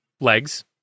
legs